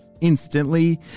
instantly